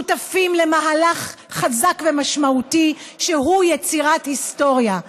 שותפים למהלך חזק ומשמעותי, שהוא יצירת היסטוריה.